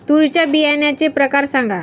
तूरीच्या बियाण्याचे प्रकार सांगा